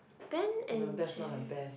Ben and Jerry